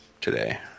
today